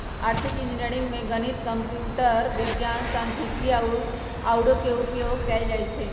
आर्थिक इंजीनियरिंग में गणित, कंप्यूटर विज्ञान, सांख्यिकी आउरो के उपयोग कएल जाइ छै